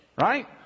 Right